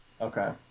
okay